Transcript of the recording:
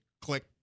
click